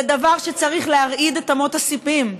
זה דבר שצריך להרעיד את אמות הסיפים,